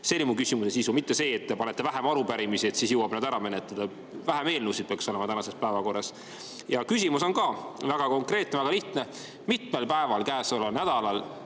See oli mu küsimuse sisu, mitte see, et te panete vähem arupärimisi, siis jõuab need ära menetleda. Vähem eelnõusid peaks olema tänases päevakorras. Küsimus on väga konkreetne, väga lihtne. Mitmel päeval käesoleval nädalal